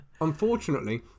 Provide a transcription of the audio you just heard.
Unfortunately